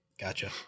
Gotcha